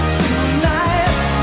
tonight